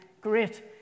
Great